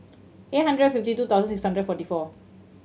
eight hundred fifty two thousand six hundred forty four